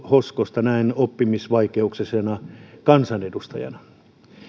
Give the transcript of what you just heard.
hoskosta näin oppimisvaikeuksisena kansanedustajana